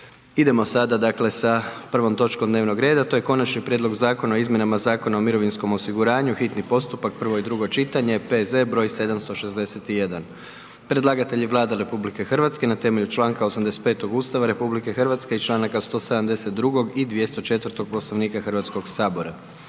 Idemo sada sa prvom točkom dnevnog reda, to je: - Konačnim prijedlogom Zakona o izmjenama Zakona o mirovinskom osiguranju, hitni postupak, prvo i drugo čitanje, P.Z. br. 761 Predlagatelj je Vlada RH na temelju članka 85. Ustava RH i članaka 172. i 204. Poslovnika Hrvatskog sabora.